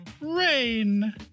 rain